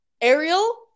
Ariel